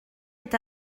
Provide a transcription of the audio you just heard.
est